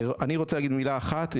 אני רוצה להגיד מילה אחת.